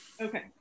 okay